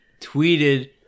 tweeted